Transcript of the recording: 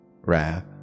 wrath